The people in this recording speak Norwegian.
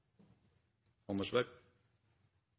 Anders Werp,